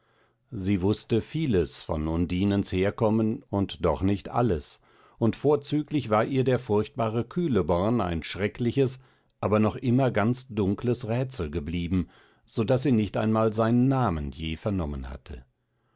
sie wußte vieles von undinens herkommen und doch nicht alles und vorzüglich war ihr der furchtbare kühleborn ein schreckliches aber noch immer ganz dunkles rätsel geblieben so daß sie nicht einmal seinen namen je vernommen hatte